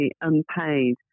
unpaid